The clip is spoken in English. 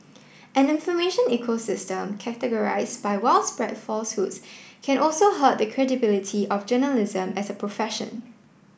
an information ecosystem characterised by widespread falsehoods can also hurt the credibility of journalism as a profession